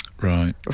Right